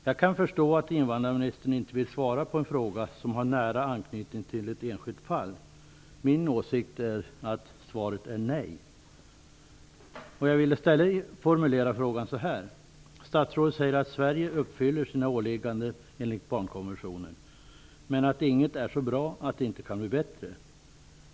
Jag kan förstå att invandrarministern inte vill svara på en fråga som har nära anknytning till ett enskilt fall, men min åsikt är att svaret är nej. Låt mig i stället omformulera frågan. Statsrådet säger att Sverige uppfyller sina åligganden enligt barnkonventionen, men att inget är så bra att det inte kan bli bättre.